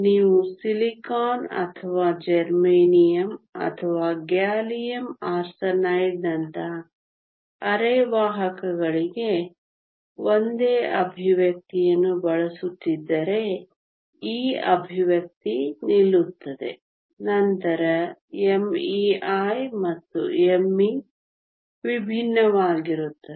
ನೀವು ಸಿಲಿಕಾನ್ ಅಥವಾ ಜರ್ಮೇನಿಯಮ್ ಅಥವಾ ಗ್ಯಾಲಿಯಂ ಆರ್ಸೆನೈಡ್ ನಂತಹ ಅರೆವಾಹಕಗಳಿಗೆ ಒಂದೇ ಎಕ್ಸ್ಪ್ರೆಶನ್ ಅನ್ನು ಬಳಸುತ್ತಿದ್ದರೆ ಈ ಎಕ್ಸ್ಪ್ರೆಶನ್ ನಿಲ್ಲುತ್ತದೆ ನಂತರ me¿ ಮತ್ತು me ವಿಭಿನ್ನವಾಗಿರುತ್ತದೆ